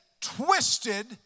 twisted